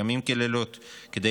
לילות כימים,